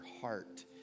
heart